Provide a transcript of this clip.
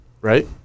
right